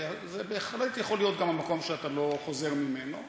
וזה בהחלט יכול להיות גם המקום שאתה לא חוזר ממנו,